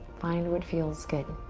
find what feels good.